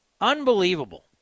Unbelievable